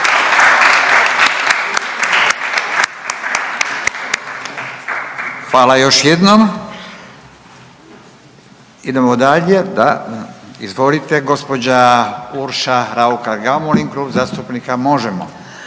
Hvala još jednom. Idemo dalje, da, izvolite gospođa Urša Raukar Gamulin Klub zastupnika Možemo.